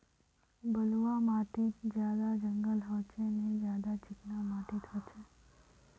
बलवाह माटित ज्यादा जंगल होचे ने ज्यादा चिकना माटित होचए?